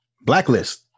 Blacklist